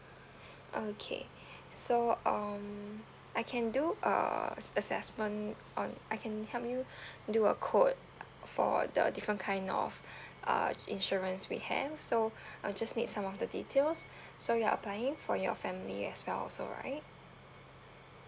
okay so um I can do uh as~ assessment on I can help you do a quote for the different kind of uh insurance we have so I'll just need some of the details so you are applying for your family as well also right